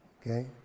okay